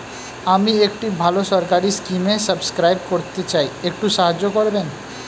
আমি একটি ভালো সরকারি স্কিমে সাব্সক্রাইব করতে চাই, একটু সাহায্য করবেন?